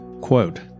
quote